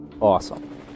Awesome